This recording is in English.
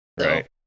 right